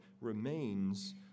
remains